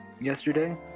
yesterday